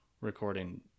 recording